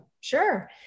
sure